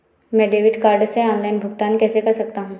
मैं debit card से online भुगतान कैसे कर सकता हूँ?